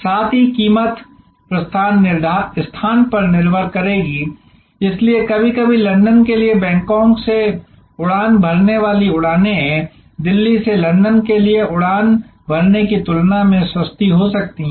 साथ ही कीमत प्रस्थान स्थान पर निर्भर करेगी इसलिए कभी कभी लंदन के लिए बैंकॉक से उड़ान भरने वाली उड़ानें दिल्ली से लंदन के लिए उड़ान भरने की तुलना में सस्ती हो सकती हैं